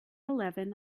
eleven